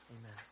Amen